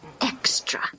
extra